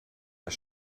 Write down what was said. das